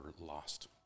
lost